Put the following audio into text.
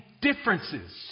differences